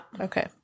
okay